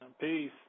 Peace